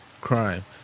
crime